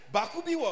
Bakubi